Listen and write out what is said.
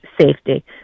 safety